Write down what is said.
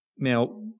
Now